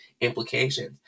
implications